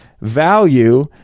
value